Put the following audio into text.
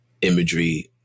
imagery